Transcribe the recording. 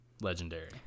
Legendary